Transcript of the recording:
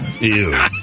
Ew